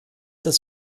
des